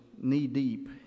knee-deep